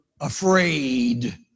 afraid